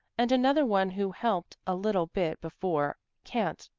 and another one who helped a little bit before, can't,